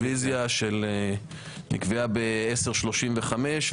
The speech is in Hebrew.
הרביזיה נקבעה ל-10:35.